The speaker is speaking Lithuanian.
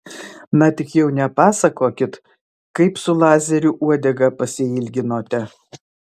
na tik jau nepasakokit kaip su lazeriu uodegą pasiilginote